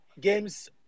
games